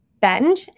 bend